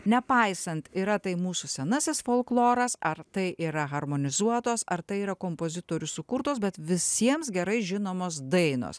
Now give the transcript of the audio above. nepaisant yra tai mūsų senasis folkloras ar tai yra harmonizuotos ar tai yra kompozitorių sukurtos bet visiems gerai žinomos dainos